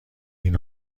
این